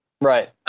right